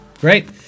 Great